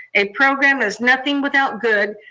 a program is nothing without good,